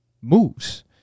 moves